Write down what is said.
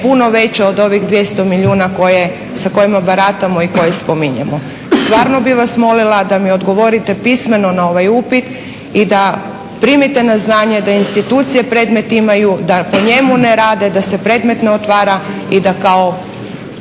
puno veća od ovih 200 milijuna s kojima baratamo i koje spominjemo. Stvarno bi vas molila da mi odgovorite pismeno na ovaj upit i da primite na znanje da institucije predmet imaju, da po njemu ne rade, da se predmet ne otvara i da kao